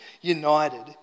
united